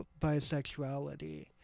bisexuality